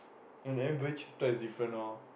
and everybody chapter is different loh